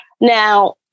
Now